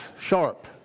sharp